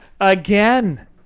Again